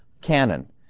canon